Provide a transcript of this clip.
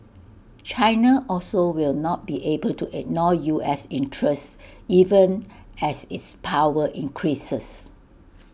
China also will not be able to ignore U S interests even as its power increases